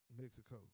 Mexico